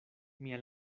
mia